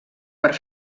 per